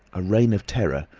a reign of terror.